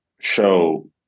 show